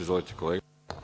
Izvolite, kolega.